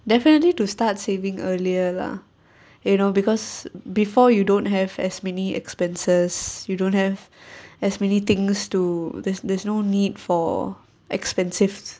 definitely to start saving earlier lah you know because before you don't have as many expenses you don't have as many things to there's there's no need for expensive